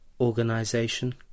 organization